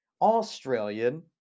Australian